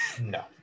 No